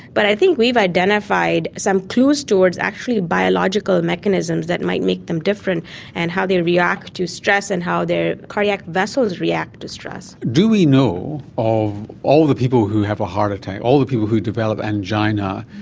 but i think we've identified some clues towards actually biological mechanisms that might make them different and how they react to stress and how their cardiac vessels react to stress. do we know of all the people who have a heart attack, all the people who develop angina,